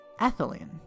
ethylene